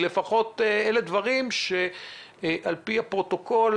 לפחות על פי הפרוטוקול,